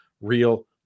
real